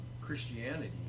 Christianity